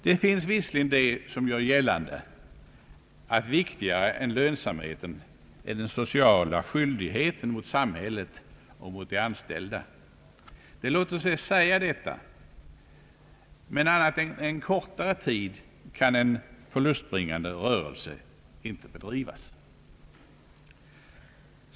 Det finns visserligen de som gör gällande att viktigare än lönsamheten är den sociala skyldigheten mot samhället och mot de anställda. Det låter sig säga, men annat än under en kortare tid kan en förlustbringande rörelse inte bedrivas.